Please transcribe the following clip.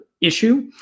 issue